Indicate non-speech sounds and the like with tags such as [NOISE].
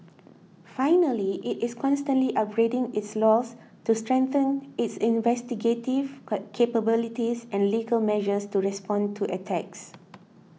finally it is constantly upgrading its laws to strengthen its investigative [HESITATION] capabilities and legal measures to respond to attacks